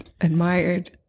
Admired